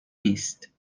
نیست